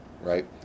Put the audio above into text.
right